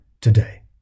today